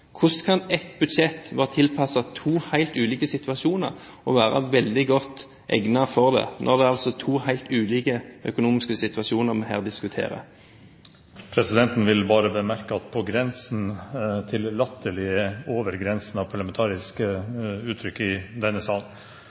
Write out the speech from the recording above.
hvordan kan ett budsjett være tilpasset to helt ulike situasjoner og være veldig godt egnet for det, når det altså er to helt ulike økonomiske situasjoner vi her diskuterer? Presidenten vil bemerke at «på grensen til latterlig» er over grensen for parlamentariske uttrykk i denne